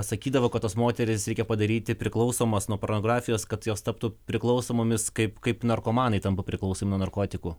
sakydavo kad tos moterys reikia padaryti priklausomas nuo pornografijos kad jos taptų priklausomomis kaip kaip narkomanai tampa priklausomi nuo narkotikų